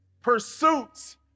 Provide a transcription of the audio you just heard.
pursuits